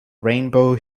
rainbow